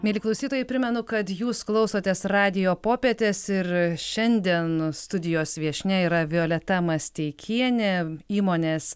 mieli klausytojai primenu kad jūs klausotės radijo popietės ir šiandien studijos viešnia yra violeta masteikienė įmonės